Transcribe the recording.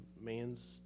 man's